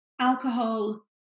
Alcohol